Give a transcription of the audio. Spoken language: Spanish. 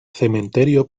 cementerio